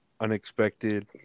unexpected